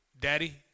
daddy